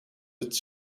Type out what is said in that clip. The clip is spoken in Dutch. het